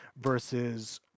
versus